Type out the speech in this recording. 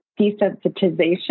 desensitization